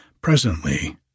Presently